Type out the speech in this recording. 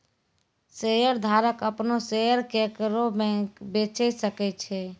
शेयरधारक अपनो शेयर केकरो बेचे सकै छै